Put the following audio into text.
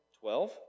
Twelve